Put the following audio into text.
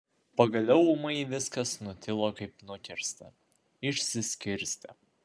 pagaliau ūmai viskas nutilo kaip nukirsta išsiskirstė